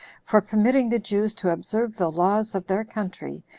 for permitting the jews to observe the laws of their country,